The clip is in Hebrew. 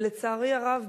ולצערי הרב,